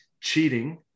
cheating